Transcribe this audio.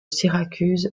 syracuse